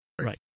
Right